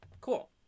Cool